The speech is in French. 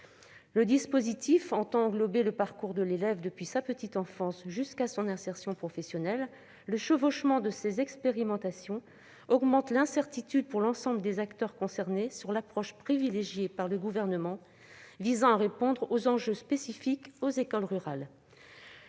Ce dispositif entend englober le parcours de l'élève depuis sa petite enfance jusqu'à son insertion professionnelle. Le chevauchement de ces expérimentations augmente l'incertitude pour l'ensemble des acteurs concernés quant à l'approche privilégiée par le Gouvernement pour répondre aux enjeux spécifiques aux écoles rurales.